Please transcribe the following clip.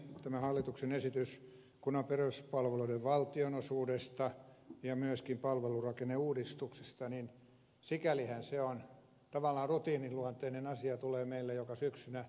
tämä hallituksen esitys kunnan peruspalveluiden valtionosuudesta ja myöskin palvelurakenneuudistuksista on sikäli tavallaan rutiiniluonteinen asia että se tulee meille joka syksy täällä esille